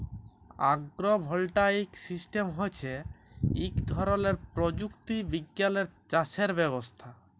আগ্র voltaic system হচ্যে ইক ধরলের প্রযুক্তি বিজ্ঞালের চাসের ব্যবস্থা